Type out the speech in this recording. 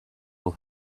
will